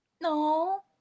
no